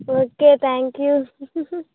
okay thank you